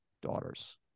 daughters